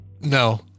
No